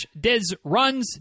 Dizruns